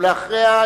ולאחריה,